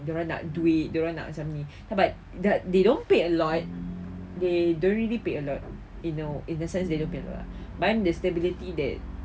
dia orang nak duit dia orang nak macam ni but that they don't pay a lot they don't really pay a lot you know in the sense that they do not pay a lot but the stability that